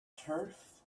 turf